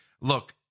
look